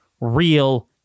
real